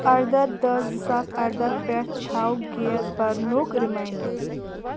اَرداہ دہ زٕ ساس اَرداہ پٮ۪ٹھ تھوٚو گیس برنُک رِمانڑر